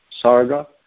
Sarga